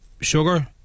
sugar